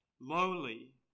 lowly